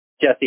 Jesse